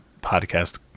podcast